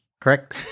Correct